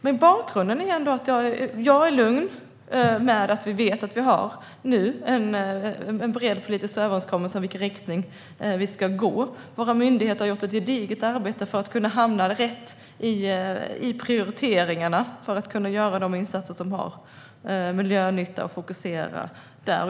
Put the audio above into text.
Men jag är lugn med att vi vet att vi nu har en bred politisk överenskommelse om i vilken riktning vi ska gå. Våra myndigheter har gjort ett gediget arbete för att kunna hamna rätt i prioriteringarna och för att kunna göra de insatser som har miljönytta och fokusera där.